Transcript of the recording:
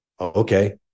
Okay